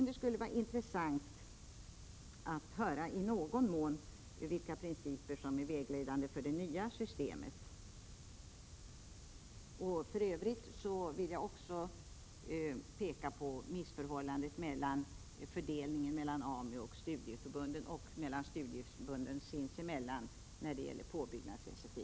Det skulle vara intressant att i någon mån få en redovisning av vilka principer som är vägledande för det nya systemet. För övrigt vill jag peka på missförhållandet vid fördelningen mellan AMU och studieförbunden och mellan studieförbunden sinsemellan när det gäller påbyggnads-SFI.